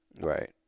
Right